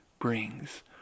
brings